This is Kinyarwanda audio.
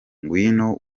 ngwino